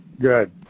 Good